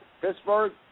Pittsburgh